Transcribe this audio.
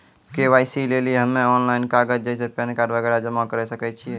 KYC लेली हम्मय online कागज जैसे पैन कार्ड वगैरह जमा करें सके छियै?